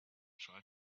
try